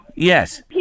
Yes